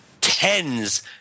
Tens